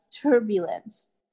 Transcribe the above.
turbulence